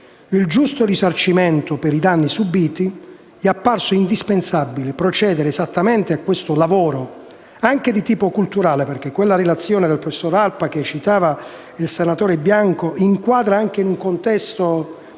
il giusto risarcimento per i danni subiti, è apparso indispensabile procedere esattamente a questo lavoro, anche di tipo culturale. Infatti la relazione del professor Alpa, citata dal senatore Bianco, inquadra la questione in un contesto